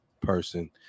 person